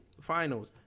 Finals